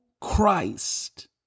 Christ